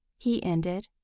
he ended.